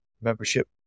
membership